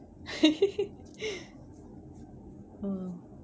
!wah!